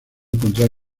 encontrar